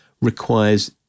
requires